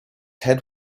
head